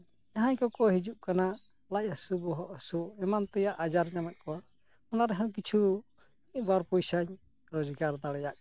ᱡᱟᱦᱟᱸᱭ ᱠᱚᱠᱚ ᱦᱤᱡᱩᱜ ᱠᱟᱱᱟ ᱞᱟᱡ ᱦᱟᱥᱩ ᱵᱚᱦᱚᱜ ᱦᱟᱥᱩ ᱮᱢᱟᱱ ᱛᱮ ᱟᱜ ᱟᱡᱟᱨ ᱧᱟᱢᱮᱫ ᱠᱚᱣᱟ ᱚᱱᱟ ᱨᱮᱦᱚᱸ ᱠᱤᱪᱷᱩ ᱢᱤᱫ ᱵᱟᱨ ᱯᱚᱭᱥᱟᱧ ᱨᱚᱡᱽᱜᱟᱨ ᱫᱟᱲᱮᱭᱟᱜ ᱠᱟᱱᱟ